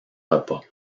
repas